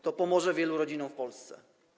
To pomoże wielu rodzinom w Polsce.